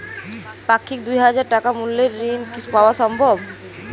পাক্ষিক দুই হাজার টাকা মূল্যের ঋণ পাওয়া সম্ভব?